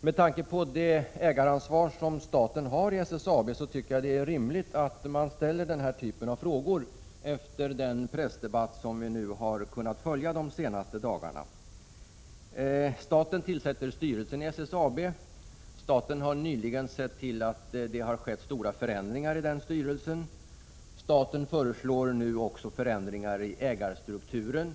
Med tanke på det ägaransvar som staten har i SSAB tycker jag att det är rimligt att man ställer den här typen av frågor efter den pressdebatt som vi kunnat följa de senaste dagarna. Staten tillsätter styrelsen i SSAB. Staten har nyligen sett till att det har skett stora förändringar i den styrelsen. Staten föreslår nu också förändringar i ägarstrukturen.